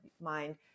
mind